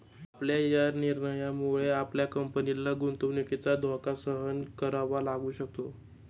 आपल्या या निर्णयामुळे आमच्या कंपनीला गुंतवणुकीचा धोका सहन करावा लागू शकतो